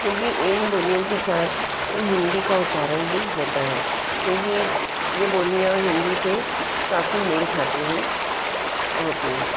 क्योंकि इन बोलियों के साथ हिंदी का उच्चारण भी होता हैं क्योंकि यह बोलियाँ हिंदी से काफ़ी मेल खाती हुईं होती हैं